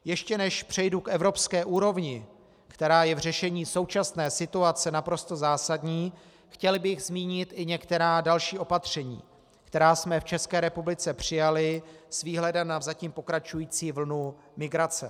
Ještě než přejdu k evropské úrovni, která je v řešení současné situace naprosto zásadní, chtěl bych zmínit i některá další opatření, která jsme v České republice přijali s výhledem na zatím pokračující vlnu migrace.